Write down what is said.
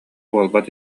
буолбат